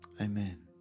Amen